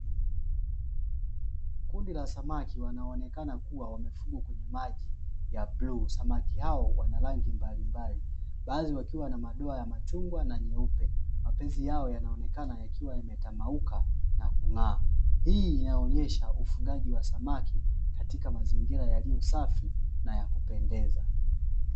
Kundi la samaki wanaonekana kuwa wamefugwa kwenye maji ya bluu, samaki hao wana rangi mbalimbali baadhi wakiwa na madoa ya machungwa na meupe, mapezi yao yanaonekana yakiwa yametamauka na kung'aa hii inaonyesha ufugaji wa samaki katika mazingira yaliyo safi na ya kupendeza.